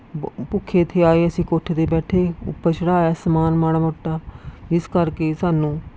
ਭੁੱਖੇ ਥਿਹਾਏ ਅਸੀਂ ਕੋਠੇ 'ਤੇ ਬੈਠੇ ਉੱਪਰ ਚੜ੍ਹਾਇਆ ਸਮਾਨ ਮਾੜਾ ਮੋਟਾ ਜਿਸ ਕਰਕੇ ਸਾਨੂੰ